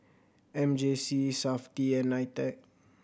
M J C Safti and NITEC